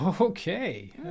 Okay